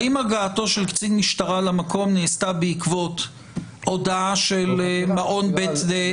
האם הגעתו של קצין משטרה למקום נעשתה בעקבות הודעה של מעון בית דפנה